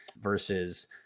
versus